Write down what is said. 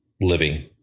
living